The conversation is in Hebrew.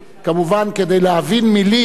כמובן, כדי להבין מלים,